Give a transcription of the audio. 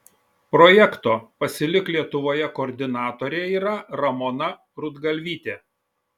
projekto pasilik lietuvoje koordinatorė yra ramona rudgalvytė